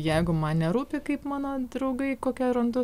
jeigu man nerūpi kaip mano draugai kokią randu